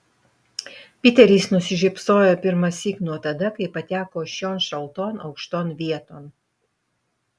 piteris nusišypsojo pirmąsyk nuo tada kai pateko šion šalton aukšton vieton